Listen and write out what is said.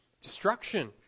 destruction